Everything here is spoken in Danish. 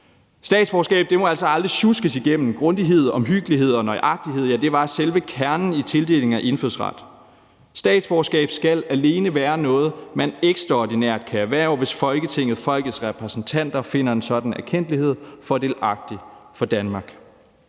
Statsborgerskab må altså aldrig sjuskes igennem. Grundighed, omhyggelighed og nøjagtighed var selve kernen i tildelingen af indfødsret. Statsborgerskab skal alene være noget, man ekstraordinært kan erhverve, hvis Folketinget, folkets repræsentanter, finder en sådan erkendtlighed fordelagtig for Danmark.